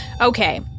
Okay